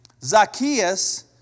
Zacchaeus